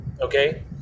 Okay